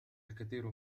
الكثير